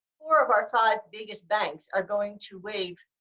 four of our five biggest banks are going to waive